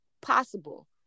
possible